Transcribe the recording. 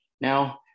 Now